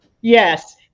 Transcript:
Yes